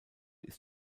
ist